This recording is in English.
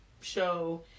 show